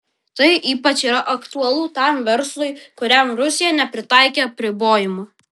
tai ypač yra aktualu tam verslui kuriam rusija nepritaikė apribojimų